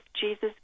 Jesus